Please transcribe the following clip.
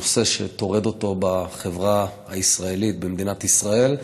נושא שמטריד אותו בחברה הישראלית, במדינת ישראל,